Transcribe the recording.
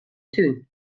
tún